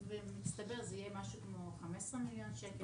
במצטבר זה יהיה משהו כמו 15 מיליון ₪.